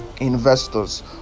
investors